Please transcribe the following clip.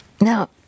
Now